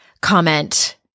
comment